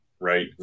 right